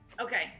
Okay